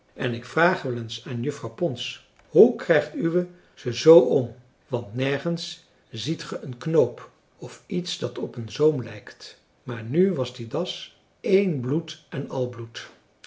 en ik vraag wel eens aan juffrouw pons hoe krijgt uwe ze zoo om want nergens ziet ge een knoop of iets dat op een zoom lijkt maar nu was die das één bloed en al bloed